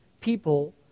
people